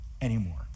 anymore